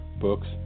Books